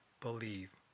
believe